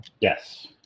Yes